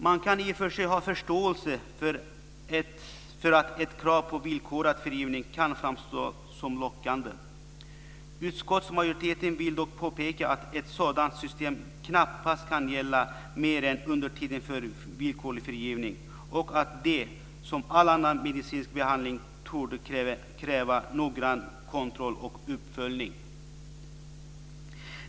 Man kan i och för sig ha förståelse för att ett krav på villkorad frigivning kan framstå som lockande. Utskottsmajoriteten vill dock påpeka att ett sådant system knappast kan gälla mer än under tiden för villkorlig frigivning, och att det, som all annan medicinsk behandling, torde kräva noggrann kontroll och uppföljning.